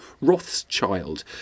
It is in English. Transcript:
Rothschild